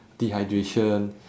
dehydration